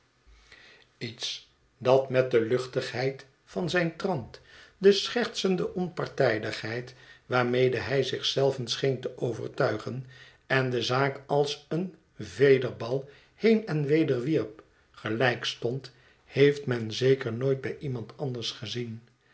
iets dat met de luchtigheid van zijn trant de schertsende onpartijdigheid waarmede hij zich zelven scheen te overtuigen en de zaak als een vederbal heen en weder wierp gelijkstond heeft men zeker nooit bij iemand anders gezien